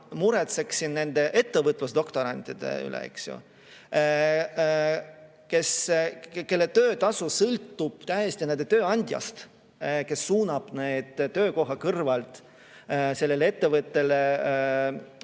muretseksin ettevõtlusdoktorantide pärast, sest nende töötasu sõltub täiesti tööandjast, kes suunab nad töökoha kõrvalt sellele ettevõttele